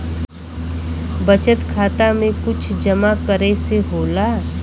बचत खाता मे कुछ जमा करे से होला?